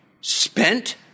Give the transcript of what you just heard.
spent